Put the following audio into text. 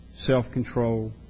self-control